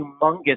humongous